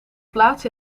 plaats